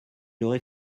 aurait